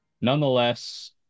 nonetheless